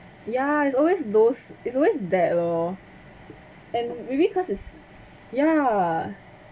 ya it's always those it's always that lor and maybe cause it's ya